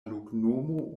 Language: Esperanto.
loknomo